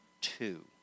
two